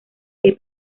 que